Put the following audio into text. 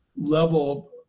level